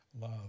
love